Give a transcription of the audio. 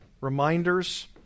reminders